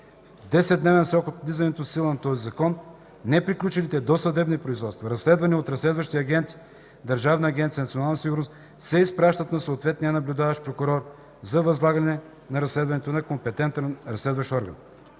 10-дневен срок от влизането в сила на този закон неприключилите досъдебни производства, разследвани от разследващи агенти в Държавна агенция „Национална сигурност”, се изпращат на съответния наблюдаващ прокурор за възлагане на разследването на компетентен разследващ орган.